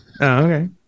okay